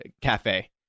cafe